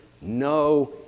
no